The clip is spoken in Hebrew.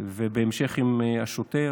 ובהמשך, עם השוטר,